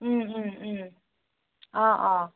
ও ও ও অ অ